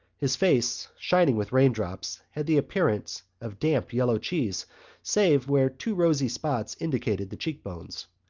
his face, shining with raindrops, had the appearance of damp yellow cheese save where two rosy spots indicated the cheekbones.